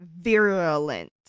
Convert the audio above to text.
virulent